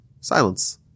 silence